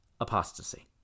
apostasy